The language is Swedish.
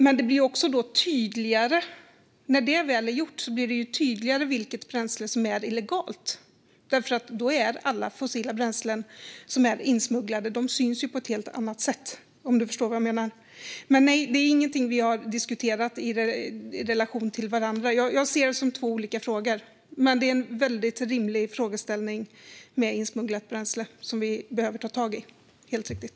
Men när det väl är gjort blir det tydligare vilket bränsle som är illegalt, för då syns ju insmugglade fossila bränslen på ett helt annat sätt, om du förstår vad jag menar. Men jag ser detta som två olika frågor, som vi alltså inte har diskuterat i relation till varandra. Frågeställningen om insmugglat bränsle är dock i högsta grad rimlig och något vi behöver ta tag i - helt riktigt.